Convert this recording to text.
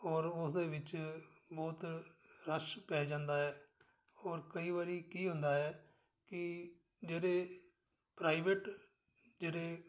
ਔਰ ਉਸਦੇ ਵਿੱਚ ਬਹੁਤ ਰੱਸ਼ ਪੈ ਜਾਂਦਾ ਹੈ ਔਰ ਕਈ ਵਾਰੀ ਕੀ ਹੁੰਦਾ ਹੈ ਕਿ ਜਿਹੜੇ ਪ੍ਰਾਈਵੇਟ ਜਿਹੜੇ